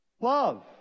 love